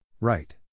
Right